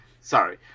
Sorry